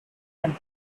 and